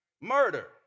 murder